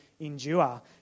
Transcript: endure